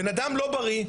בן אדם לא בריא,